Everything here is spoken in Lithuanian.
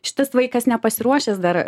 šitas vaikas nepasiruošęs dar